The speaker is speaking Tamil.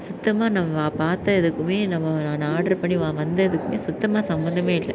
சுத்தமாக நான் பார்த்த இதுக்குமே நம்ம ஒன்று ஆர்ட்ரு பண்ணி வ வந்ததுக்குமே சுத்தமாக சம்பந்தமே இல்லை